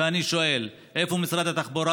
ואני שואל: איפה משרד התחבורה,